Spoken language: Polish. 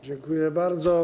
Dziękuję bardzo.